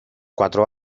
cuatro